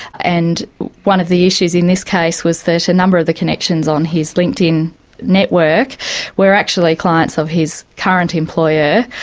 and one of the issues in this case was that a number of the connections on his linkedin network were actually clients of his current employer.